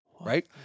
right